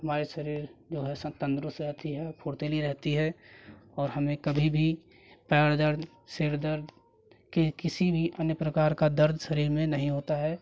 हमारे शरीर जो है सब तंदुरुस्त रहती है फुर्तीली रहती है और हमें कभी भी पैर दर्द सिर दर्द की किसी भी अन्य प्रकार का दर्द शरीर में नहीं होता है